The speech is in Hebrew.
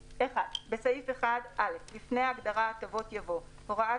(1)בסעיף 1 (א)לפני ההגדרה "הטבות" יבוא: ""הוראת